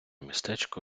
містечко